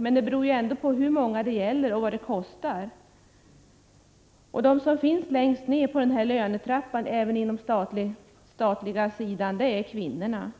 Men det hela beror ju ändå på hur många det gäller och vad detta kommer att kosta. De som finns längst ned på lönetrappan även på den statliga sidan är kvinnorna.